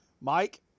Mike